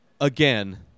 again